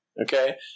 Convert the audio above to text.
Okay